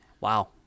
Wow